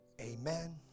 amen